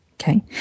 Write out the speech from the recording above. Okay